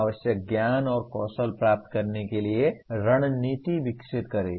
आवश्यक ज्ञान और कौशल प्राप्त करने के लिए रणनीति विकसित करें